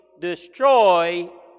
destroy